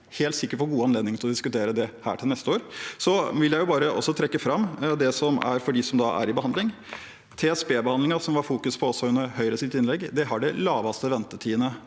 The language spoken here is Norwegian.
Vi kan helt sikkert få god anledning til å diskutere dette til neste år. Jeg vil også trekke fram det som er for dem som er i behandling. TSB-behandlingen, som det var fokus på også i Høyres innlegg, har de laveste ventetidene